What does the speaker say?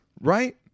right